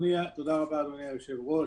אדוני היושב-ראש,